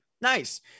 Nice